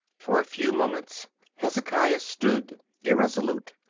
for a few moments hezekiah stood irresolute.